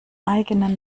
eigenen